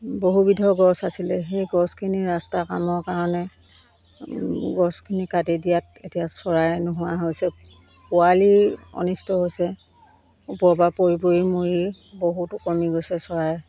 বহুবিধৰ গছ আছিলে সেই গছখিনি ৰাস্তা কামৰ কাৰণে গছখিনি কাটি দিয়াত এতিয়া চৰাই নোহোৱা হৈছে পোৱালি অনিষ্ট হৈছে ওপৰৰপৰা পৰি পৰি মৰি বহুতো কমি গৈছে চৰাই